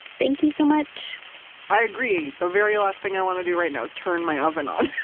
thank you so much i agree. the very last thing i want to do right now is turn my oven on.